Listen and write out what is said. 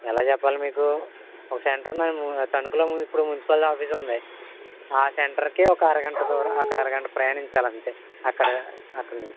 ఎలా చెప్పాలి మీకు ఓక సెంటర్ ము తణుకులో ఇప్పుడు మున్సిపల్ ఆఫీసుంది ఆ సెంటర్కి ఒక అరగంట దూరం ఒక అరగంట ప్రయాణించాలంతే అక్కడ అక్కడ నుంచి